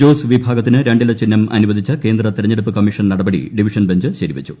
ജോസ് വിഭാഗത്തിന് രണ്ടില ചിഹ്നം അനുവദിച്ച കേന്ദ്ര തെരഞ്ഞെടുപ്പ് കമ്മീഷൻ നടപടി ഡിവിഷൻ ബെഞ്ച് ശരിവച്ചു